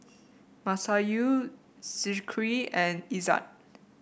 Masayu Zikri and Izzat